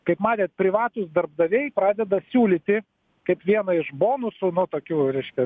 kaip matėt privatūs darbdaviai pradeda siūlyti kaip vieną iš bonusų nu tokių reiškias